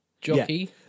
jockey